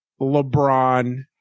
LeBron